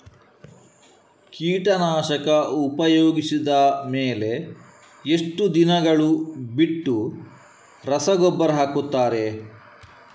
ಕೀಟನಾಶಕ ಉಪಯೋಗಿಸಿದ ಮೇಲೆ ಎಷ್ಟು ದಿನಗಳು ಬಿಟ್ಟು ರಸಗೊಬ್ಬರ ಹಾಕುತ್ತಾರೆ?